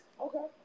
Okay